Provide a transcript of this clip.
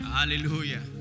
Hallelujah